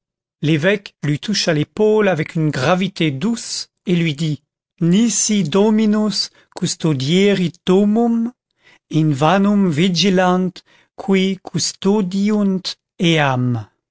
l'évêque lui toucha l'épaule avec une gravité douce et lui dit nisi dominus